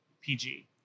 PG